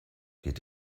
geht